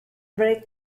very